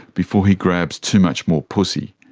before he grabs too much more pussy.